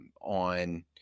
on